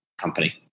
company